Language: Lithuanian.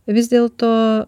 vis dėlto